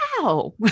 wow